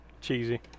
cheesy